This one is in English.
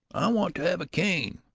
i want to have a cane.